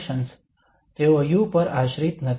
તેઓ u પર આશ્રિત નથી